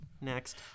Next